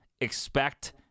expect